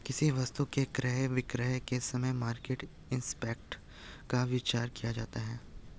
किसी वस्तु के क्रय विक्रय के समय मार्केट इंपैक्ट का विचार किया जाता है